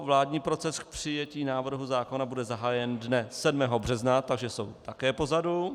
Vládní proces k přijetí návrhu zákona bude zahájen dne 7. března, takže jsou také pozadu.